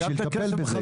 בשביל לטפל בזה.